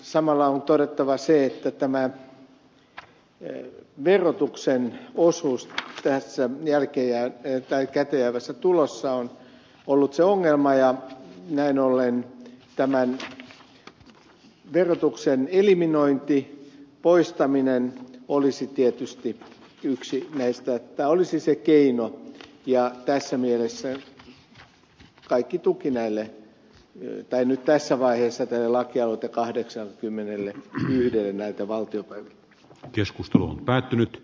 samalla on todettava se että tämä verotuksen osuus tässä käteenjäävässä tulossa on ollut se ongelma ja näin ollen tämän verotuksen eliminointi poistaminen olisi tietysti se keino ja tässä mielessä kaikki tuki tässä vaiheessa tiellä kello kahdeksan kymmenellä hän lienee että valtio tai keskustelu on päättynyt